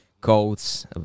codes